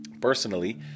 personally